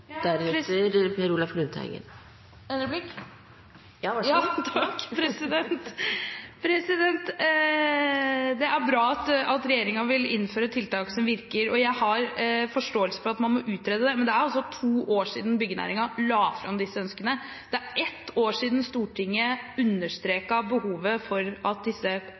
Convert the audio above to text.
Det er bra at regjeringen vil innføre tiltak som virker, og jeg har forståelse for at man må utrede det. Men det er altså to år siden byggenæringen la fram disse ønskene. Det er ett år siden Stortinget understreket behovet for at disse